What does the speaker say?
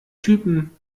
typen